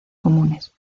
comunes